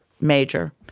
major